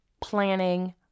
planning